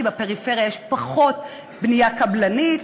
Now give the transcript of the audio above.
כי בפריפריה יש פחות בנייה קבלנית,